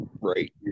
Right